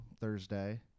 Thursday